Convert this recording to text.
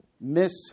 miss